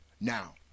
Now